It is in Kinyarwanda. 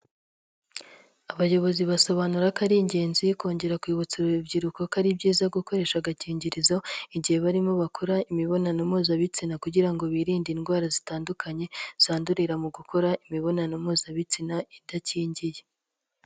Abayobozi basobanura ko ari ingenzi kongera kwibutsa uru rubyiruko ko ari byiza gukoresha agakingirizo, igihe barimo bakora imibonano mpuzabitsina kugira ngo birinde indwara zitandukanye, zandurira mu gukora imibonano mpuzabitsina idakingiye.